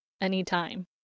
anytime